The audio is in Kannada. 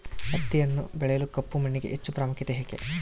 ಹತ್ತಿಯನ್ನು ಬೆಳೆಯಲು ಕಪ್ಪು ಮಣ್ಣಿಗೆ ಹೆಚ್ಚು ಪ್ರಾಮುಖ್ಯತೆ ಏಕೆ?